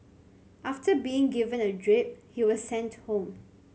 after being given a drip he was sent home